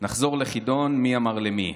נחזור לחידון "מי אמר למי".